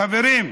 חברים,